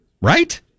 Right